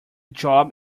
job